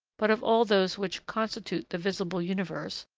but of all those which constitute the visible universe,